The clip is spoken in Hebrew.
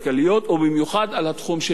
ובמיוחד על התחום של הדיור,